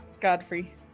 Godfrey